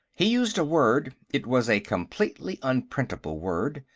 he used a word it was a completely unprintable word.